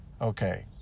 Okay